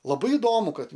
labai įdomu kad